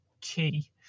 key